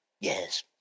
yes